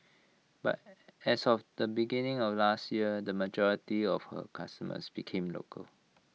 but A as of the beginning of last year the majority of her customers became local